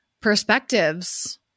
perspectives